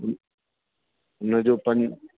हुनजो पं